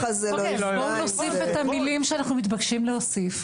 נוסיף את המילים שאנחנו מתבקשים להוסיף.